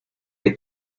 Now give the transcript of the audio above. que